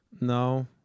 No